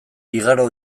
igaro